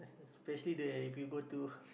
especially the if you go to